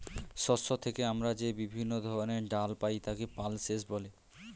শস্য থেকে আমরা যে বিভিন্ন ধরনের ডাল পাই তাকে পালসেস বলে